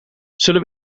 zullen